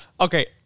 Okay